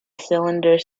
cylinder